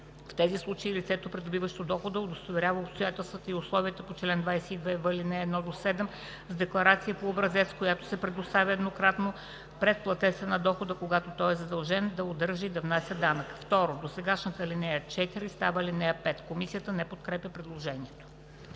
В тези случаи лицето, придобиващо дохода, удостоверява обстоятелствата и условията по чл. 22в, ал. 1 – 7 с декларация по образец, която се представя еднократно пред платеца на дохода, когато той е задължен да удържа и да внася данъка.“. 2. Досегашната ал. 4 става ал. 5.“ Комисията не подкрепя предложението.